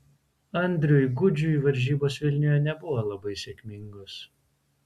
andriui gudžiui varžybos vilniuje nebuvo labai sėkmingos